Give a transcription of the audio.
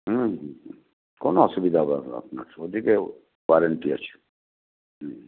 হ্যাঁ হ্যাঁ হ্যাঁ কোন অসুবিধে হবে না আপনার ওদিকে গ্যারেন্টি আছে হ্যাঁ